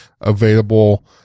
available